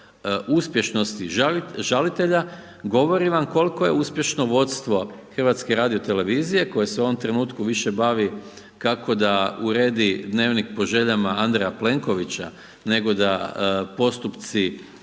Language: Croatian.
uspješnosti žalitelja govori vam koliko je uspješno vodstvo HRT-a koje se u ovom trenutku više bavi kako da uredi Dnevnik po željama Andreja Plenkovića, nego da postupci